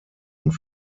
und